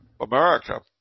America